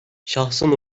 şahsın